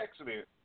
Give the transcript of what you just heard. accident